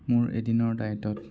মোৰ এদিনৰ ডায়েটত